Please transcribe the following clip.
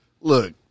look